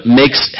makes